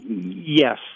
Yes